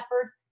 effort